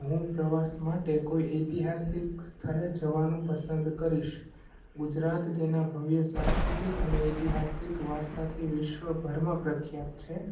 હું પ્રવાસ માટે કોઈ ઐતિહાસિક સ્થળે જવાનું પસંદ કરીશ ગુજરાત તેના ભવ્ય સાંસ્કૃતિક અને ઐતિહાસિક વારસાથી વિશ્વભરમાં પ્રખ્યાત છે